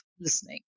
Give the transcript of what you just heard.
listening